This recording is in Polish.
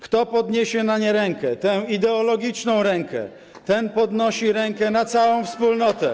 Kto podniesie na nie rękę, tę ideologiczną rękę, ten podnosi rękę na całą wspólnotę.